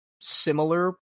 similar